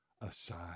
aside